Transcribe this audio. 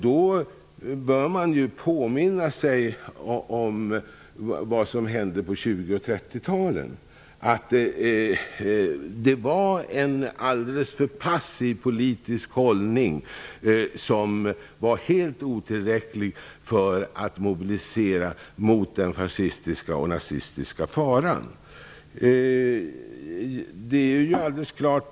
Då bör man påminna sig om vad som hände på 20 och 30-talen, då den politiska hållningen var alldeles för passiv och helt otillräcklig för att mobilisera mot den fascistiska och nazistiska faran.